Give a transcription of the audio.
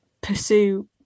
pursue